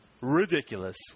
ridiculous